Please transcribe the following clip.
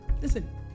Listen